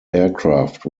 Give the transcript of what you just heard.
aircraft